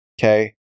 okay